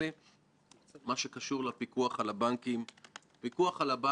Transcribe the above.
שמירת יציבות הבנקים ושמירה על תחרות בין הבנקים.